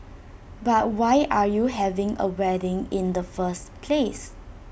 but why are you having A wedding in the first place